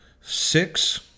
six